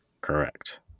Correct